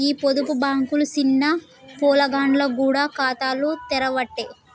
గీ పొదుపు బాంకులు సిన్న పొలగాండ్లకు గూడ ఖాతాలు తెరవ్వట్టే